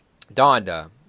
Donda